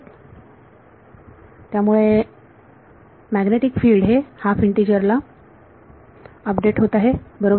तर त्यामुळे magnetic field हे हाफ इंटिजर ला अपडेट होत आहे बरोबर